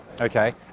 okay